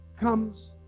comes